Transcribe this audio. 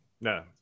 No